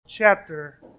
chapter